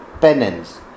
penance